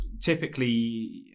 typically